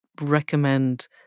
recommend